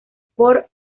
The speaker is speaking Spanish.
por